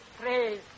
praise